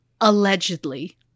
Allegedly